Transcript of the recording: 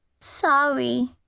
Sorry